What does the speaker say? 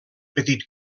petit